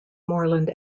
moreland